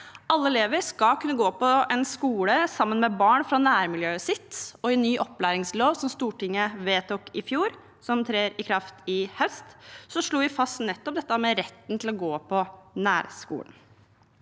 Alle elever skal kunne gå på en skole sammen med barn fra nærmiljøet sitt. I ny opplæringslov, som Stortinget vedtok i fjor, og som trer i kraft i høst, slår vi fast nettopp dette med retten til å gå på nærskolen.